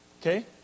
Okay